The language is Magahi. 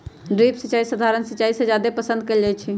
ड्रिप सिंचाई सधारण सिंचाई से जादे पसंद कएल जाई छई